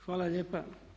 Hvala lijepa.